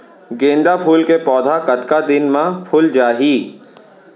गेंदा फूल के पौधा कतका दिन मा फुल जाही?